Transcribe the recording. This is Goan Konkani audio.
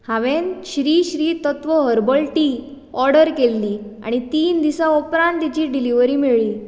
हांवें Shri Shri Tattva herbal tea order केल्ली आनी तीन दिसां उपरांत ताची डिलिव्हरी मेळ्ळी